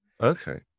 Okay